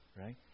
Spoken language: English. Right